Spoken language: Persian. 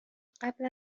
قبل